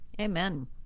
Amen